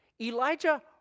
Elijah